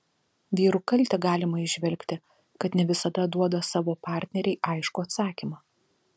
vyrų kaltę galima įžvelgti kad ne visada duoda savo partnerei aiškų atsakymą